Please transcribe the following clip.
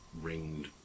ringed